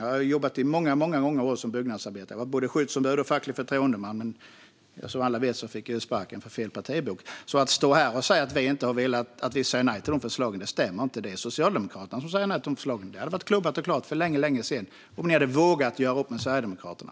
Jag har jobbat i många, många år som byggnadsarbetare och var både skyddsombud och facklig förtroendeman tills jag, som alla vet, fick sparken på grund av fel partibok. Att stå här och säga att vi säger nej till förslagen stämmer inte. Det är Socialdemokraterna som säger nej till dessa förslag. Det hade varit klubbat och klart för länge, länge sedan om ni hade vågat göra upp med Sverigedemokraterna.